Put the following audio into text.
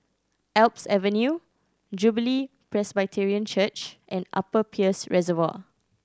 Alps Avenue Jubilee Presbyterian Church and Upper Peirce Reservoir